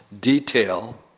detail